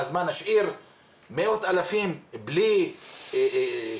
אז מה, נשאיר מאות אלפים בלי קליטה?